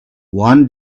one